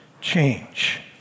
change